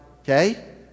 okay